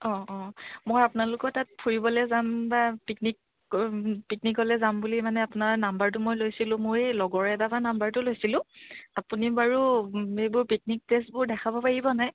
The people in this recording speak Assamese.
অঁ অঁ মই আপোনালোকৰ তাত ফুৰিবলৈ যাম বা পিকনিক পিকনিকলৈ যাম বুলি মানে আপোনাৰ নাম্বাৰটো মই লৈছিলোঁ মোৰ এই লগৰ এটাৰপৰা নাম্বাৰটো লৈছিলোঁ আপুনি বাৰু এইবোৰ পিকনিক প্লেচবোৰ দেখাব পাৰিব নাই